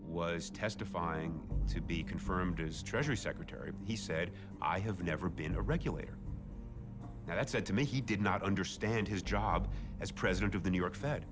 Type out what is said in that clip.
was testifying to be confirmed as treasury secretary he said i have never been a regulator that's said to me he did not understand his job as president of the new york